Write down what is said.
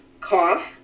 cough